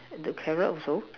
and the carrot also